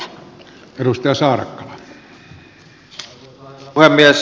arvoisa herra puhemies